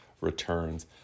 returns